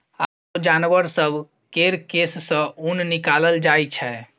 आरो जानबर सब केर केश सँ ऊन निकालल जाइ छै